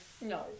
no